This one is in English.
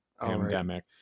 pandemic